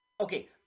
Okay